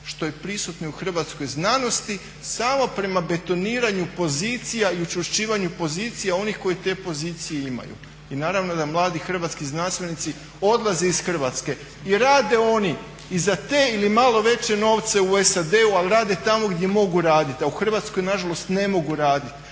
što je prisutno i u hrvatskoj znanosti samo prema betoniranju pozicija i učvršćivanju pozicija onih koji te pozicije imaju. I naravno da mladi hrvatski znanstvenici odlaze iz Hrvatske i rade oni i za te ili malo veće novce u SAD-u, ali rade tamo gdje mogu raditi, a u Hrvatskoj nažalost ne mogu raditi